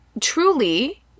truly